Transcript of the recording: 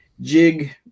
jig